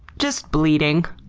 just bleeding.